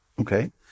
Okay